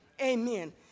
Amen